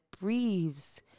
breathes